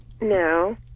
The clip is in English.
No